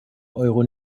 euro